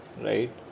right